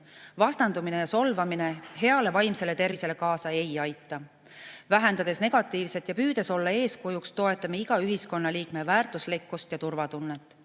Vastandumine ja solvamine heale vaimsele tervisele kaasa ei aita. Vähendades negatiivset ja püüdes olla eeskujuks, toetame iga ühiskonnaliikme väärtuslikkust ja turvatunnet.